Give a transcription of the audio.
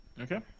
Okay